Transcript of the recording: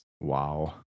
Wow